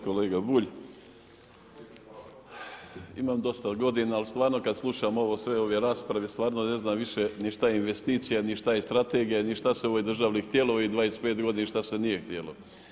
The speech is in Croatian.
Kolega Bulj, imam dosta godina, ali stvarno kada slušam ovo sve ove rasprave, stvarno ne znam više ni šta je investicija, ni šta je strategija, ni šta se u ovoj državi htjelo u ovih 25 godina, šta se nije htjelo.